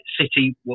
City